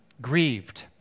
grieved